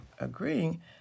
agreeing